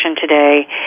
today